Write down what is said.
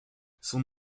son